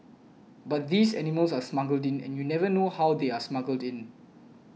but these animals are smuggled in and you never know how they are smuggled in